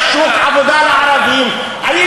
יש שוק עבודה לערבים, אמרת, אמרת.